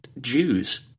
Jews